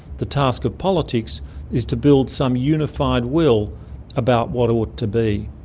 the task of politics is to build some unified will about what ought to be,